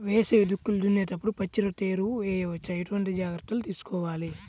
వేసవి దుక్కులు దున్నేప్పుడు పచ్చిరొట్ట ఎరువు వేయవచ్చా? ఎటువంటి జాగ్రత్తలు తీసుకోవాలి?